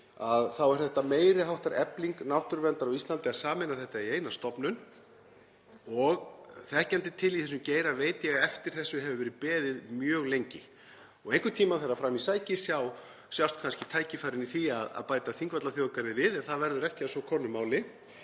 og þá er þetta meiri háttar efling náttúruverndar á Íslandi að sameina þetta í eina stofnun. Þekkjandi til í þessum geira veit ég að eftir þessu hefur verið beðið mjög lengi. Einhvern tímann þegar fram í sækir sjást kannski tækifærin í því að bæta Þingvallaþjóðgarði við en það verður ekki að svo komnu máli.